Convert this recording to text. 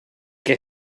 què